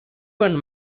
one